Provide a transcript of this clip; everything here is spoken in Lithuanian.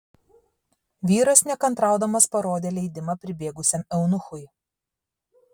vyras nekantraudamas parodė leidimą pribėgusiam eunuchui